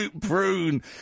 prune